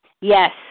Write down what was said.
Yes